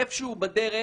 איפה שהוא בדרך,